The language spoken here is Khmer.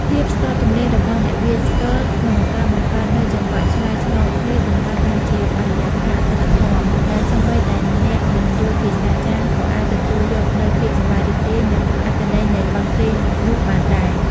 ភាពស្ទាត់ជំនាញរបស់អ្នកវាយស្គរ ក្នុងការបង្កើតនូវចង្វាក់ឆ្លើយឆ្លងគ្នា បង្កើតបានជាបរិយាកាសអធិកអធម ដែលសូម្បីតែអ្នកមិនយល់ភាសាចាម ក៏អាចទទួលយកនូវភាពសប្បាយរីករាយ និងអត្ថន័យនៃបទភ្លេងនោះបានដែរ។